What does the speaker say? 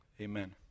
Amen